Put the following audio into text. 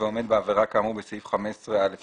ועומד בעבירה כאמור בסעיף 15(א)(3).